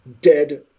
dead